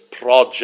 project